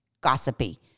gossipy